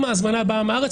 אם ההזמנה באה מהארץ,